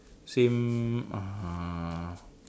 same uh